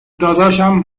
داداشم